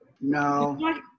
No